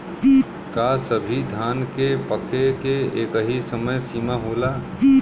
का सभी धान के पके के एकही समय सीमा होला?